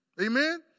Amen